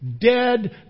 dead